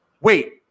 wait